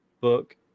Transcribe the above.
book